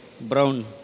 brown